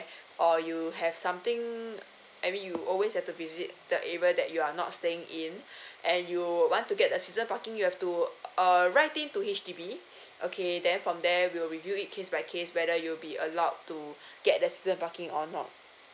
or you have something I mean you always have to visit the area that you are not staying in and you want to get a season parking you have to uh to H_D_B okay then from there we will review it case by case whether you'll be allowed to get the season parking or not